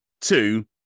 Two